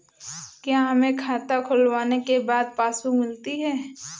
क्या हमें खाता खुलवाने के बाद पासबुक मिलती है?